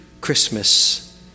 Christmas